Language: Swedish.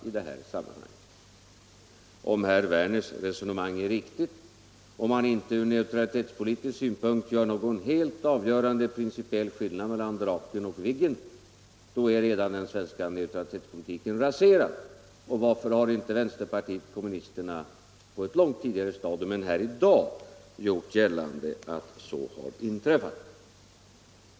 Om herr Werners resonemang är riktigt, och om han inte ur neutralitetspolitisk synpunkt gör någon helt avgörande principiell skillnad mellan Draken och Viggen, är redan den svenska neutralitetspolitiken raserad. Varför har inte vänsterpartiet kommunisterna på ett långt tidigare stadium än här i dag gjort gällande att så har inträffat?